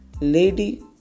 lady